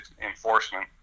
enforcement